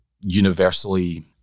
universally